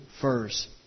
first